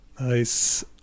Nice